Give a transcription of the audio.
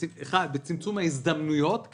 1. צמצום ההזדמנויות.